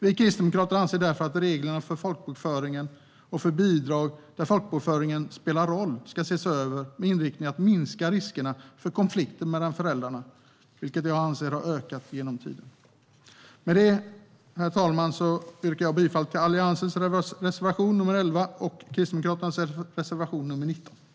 Vi Kristdemokrater anser därför att reglerna för folkbokföringen och för bidrag där folkbokföringen spelar roll ska ses över med inriktningen att minska riskerna för konflikter mellan föräldrarna, vilka jag anser har ökat över tiden. Med detta, herr talman, yrkar jag bifall till Alliansens reservation nr 11 och Kristdemokraternas reservation nr 19.